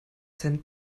cent